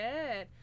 Good